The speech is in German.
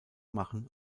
machen